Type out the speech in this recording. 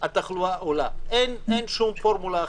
יעלו את התחלואה, אין שום פורמולה אחרת.